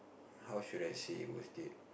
how should I say worst date